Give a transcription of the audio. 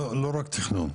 לא רק תכנון.